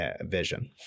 vision